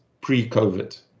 pre-COVID